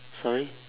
sorry